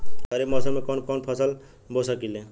खरिफ मौसम में कवन कवन फसल बो सकि ले?